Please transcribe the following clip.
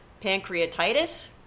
Pancreatitis